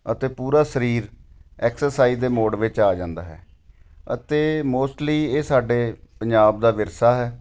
ਅਤੇ ਪੂਰਾ ਸਰੀਰ ਐਕਸਰਸਾਈਜ਼ ਦੇ ਮੋਡ ਵਿੱਚ ਆ ਜਾਂਦਾ ਹੈ ਅਤੇ ਮੋਸਟਲੀ ਇਹ ਸਾਡੇ ਪੰਜਾਬ ਦਾ ਵਿਰਸਾ ਹੈ